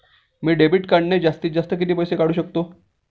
मी debit कार्डने जास्तीत जास्त किती पैसे काढू शकतो?